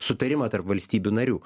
sutarimą tarp valstybių narių